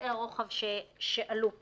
לנושאי הרוחב שעלו פה.